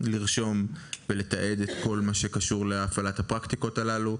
לרשום ולתעד את כל מה שקשור להפעלת הפרקטיקות הללו.